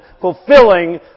fulfilling